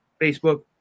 Facebook